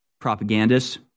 propagandists